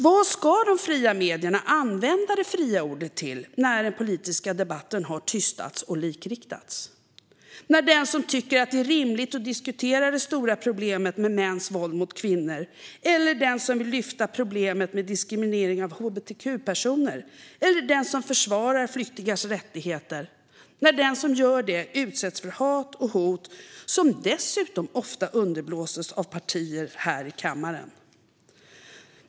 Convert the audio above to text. Vad ska de fria medierna använda det fria ordet till när den politiska debatten har tystats och likriktats, när den som tycker att det är rimligt att diskutera det stora problemet med mäns våld mot kvinnor, när den som vill lyfta fram problemet med diskriminering av hbtq-personer eller när den som försvarar flyktingars rättigheter utsätts för hat och hot, som dessutom ofta underblåses av partier här i kammaren?